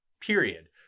period